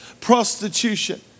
prostitution